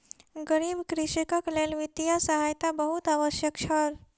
गरीब कृषकक लेल वित्तीय सहायता बहुत आवश्यक छल